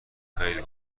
خیلی